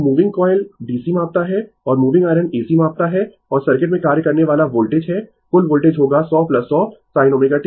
तो moving coil DC मापता है और मूविंग आयरन AC मापता है और सर्किट में कार्य करने वाला वोल्टेज है कुल वोल्टेज होगा 100 100 sin ω t